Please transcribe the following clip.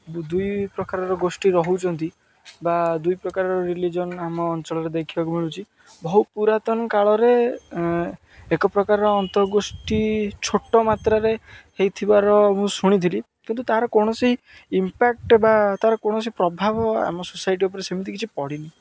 ଦୁଇ ପ୍ରକାରର ଗୋଷ୍ଠୀ ରହୁଛନ୍ତି ବା ଦୁଇ ପ୍ରକାରର ରିଲିଜନ୍ ଆମ ଅଞ୍ଚଳରେ ଦେଖିବାକୁ ମିଳୁଛି ବହୁ ପୁରାତନ କାଳରେ ଏକ ପ୍ରକାରର ଅନ୍ତଃଗୋଷ୍ଠୀ ଛୋଟ ମାତ୍ରାରେ ହୋଇଥିବାର ମୁଁ ଶୁଣିଥିଲି କିନ୍ତୁ ତା'ର କୌଣସି ଇମ୍ପାକ୍ଟ ବା ତା'ର କୌଣସି ପ୍ରଭାବ ଆମ ସୋସାଇଟି ଉପରେ ସେମିତି କିଛି ପଡ଼ିନି